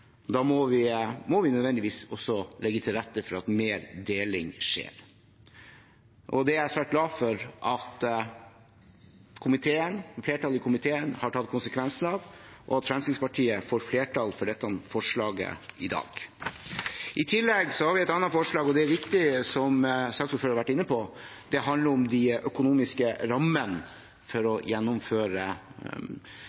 Da må vi nødvendigvis også legge til rette for at mer deling skjer. Det er jeg svært glad for at flertallet i komiteen har tatt konsekvensen av, og at Fremskrittspartiet får flertall for dette forslaget i dag. I tillegg har vi et annet forslag. Det er riktig som saksordføreren var inne på, at det handler om de økonomiske rammene for å